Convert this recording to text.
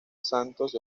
santos